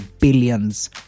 billions